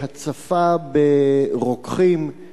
הצעת חוק לתיקון פקודת הרוקחים (בחינת רישוי ברוקחות).